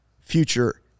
Future